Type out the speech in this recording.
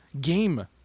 game